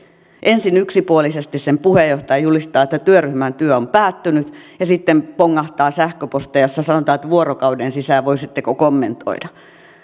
ensin yksipuolisesti sen puheenjohtaja julistaa että työryhmän työ on päättynyt ja sitten pongahtaa sähköposteja joissa sanotaan että voisitteko vuorokauden sisään kommentoida tämä